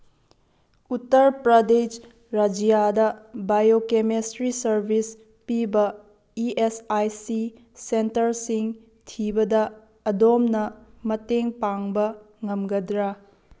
ꯎꯇꯔ ꯄ꯭ꯔꯗꯦꯁ ꯔꯥꯖ꯭ꯌꯥꯗ biochemistry service ꯄꯤꯕ E S I C ꯁꯦꯟꯇꯔꯁꯤꯡ ꯊꯤꯕꯗ ꯑꯗꯣꯝꯅ ꯃꯇꯦꯡ ꯄꯥꯡꯕ ꯉꯝꯒꯗ꯭ꯔꯥ